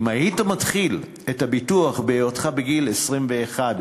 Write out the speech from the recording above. אם היית מתחיל את הביטוח בהיותך בגיל 21,